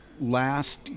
last